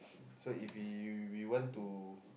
so if you we we we want to